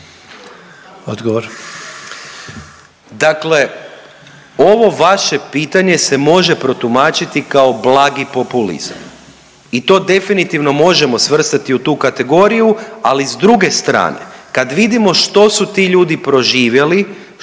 (SDP)** Dakle ovo vaše pitanje se može protumačiti kao blagi populizam i to definitivno možemo svrstati u tu kategoriju, ali s druge strane, kad vidimo što su ti ljudi proživjeli,